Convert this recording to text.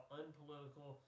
unpolitical